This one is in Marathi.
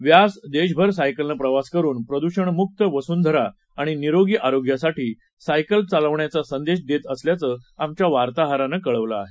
व्यास देशभर सायकलनं प्रवास करून प्रद्षणमुक्त वसुंधरा आणि निरोगी आरोग्यासाठी सायकल चालवण्याचा संदेश देत असल्याचं आमच्या वार्ताहरानं कळवलं आहे